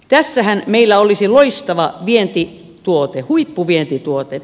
tässähän meillä olisi loistava vientituote huippuvientituote